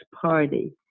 party